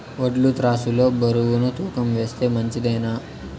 వడ్లు త్రాసు లో బరువును తూకం వేస్తే మంచిదేనా?